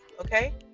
okay